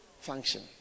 function